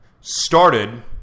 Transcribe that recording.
started